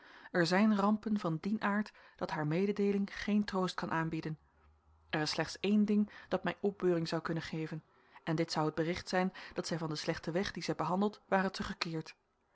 er zijn rampen van dien aard dat haar mededeeling geen troost kan aanbieden er is slechts één ding dat mij opbeuring zou kunnen geven en dit zou het bericht zijn dat zij van den slechten weg dien zij bewandelt ware teruggekeerd